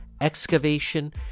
excavation